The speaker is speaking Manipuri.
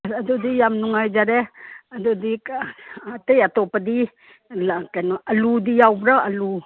ꯑꯗꯨꯗꯤ ꯌꯥꯝ ꯅꯨꯡꯉꯥꯏꯖꯔꯦ ꯑꯗꯨꯗꯤ ꯑꯩꯇꯩ ꯑꯇꯣꯞꯄꯗꯤ ꯑꯥꯂꯨꯗꯤ ꯌꯥꯎꯕ꯭ꯔꯥ ꯑꯥꯜꯂꯨ